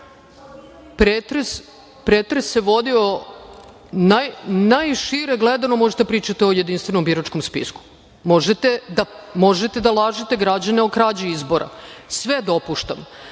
pretres. Najšire gledano, možete da pričate o jedinstvenom biračkom spisku. Možete da lažete građane o krađi izbora. Sve dopuštam.